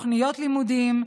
תוכניות לימודים,